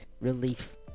relief